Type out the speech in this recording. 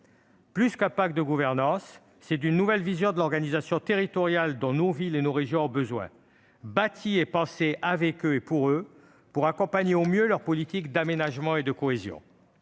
Plus qu'un pacte de gouvernance, c'est une nouvelle vision de l'organisation territoriale dont nos villes et nos régions ont besoin, une organisation bâtie et pensée avec elles et pour elles, pour accompagner au mieux leurs politiques d'aménagement et de cohésion.